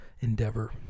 endeavor